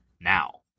now